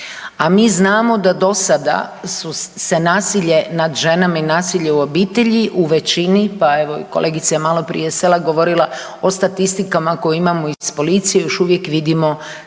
a mi znamo da do sada su nasilje nad ženama i nasilje u obitelji u veći, pa evo i kolegica je maloprije Selak govorila o statistikama koje imamo iz policije još uvijek vidimo samo